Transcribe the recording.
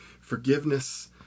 forgiveness